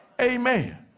Amen